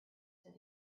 said